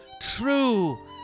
true